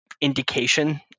indication